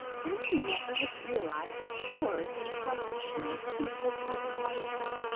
danny never had realized how short until he chanced to meet his cousin whitefoot,